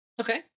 Okay